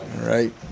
right